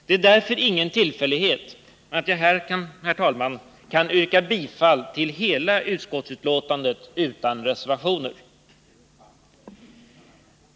Det är därför ingen tillfällighet att jag här, herr talman, kan yrka bifall till utskottets hemställan i dess helhet, utan några reservationer.